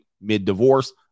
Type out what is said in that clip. mid-divorce